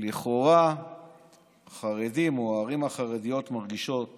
שלכאורה החרדים או הערים החרדיות מרגישות